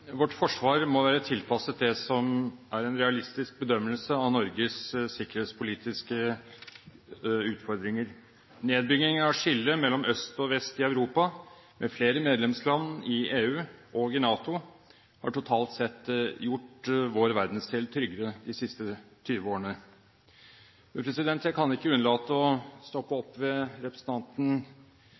vest i Europa – med flere medlemsland i EU og i NATO – har totalt sett gjort vår verdensdel tryggere de siste 20 årene. Men jeg kan ikke unnlate å stoppe opp ved representanten